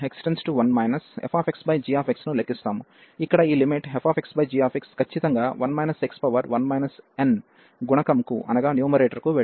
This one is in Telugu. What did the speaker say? ఇక్కడ ఈ లిమిట్ fxg ఖచ్చితంగా 1 x1 nగుణకంకు వెళ్తుంది మరియు ఇది ఇక్కడ f